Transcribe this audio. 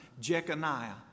Jeconiah